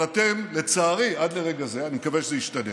אבל אתם, לצערי, עד לרגע זה, אני מקווה שזה ישתנה,